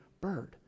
bird